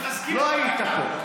לא היית פה.